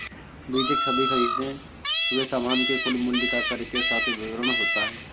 बीजक सभी खरीदें हुए सामान के कुल मूल्य का कर के साथ विवरण होता है